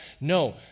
no